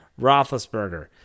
Roethlisberger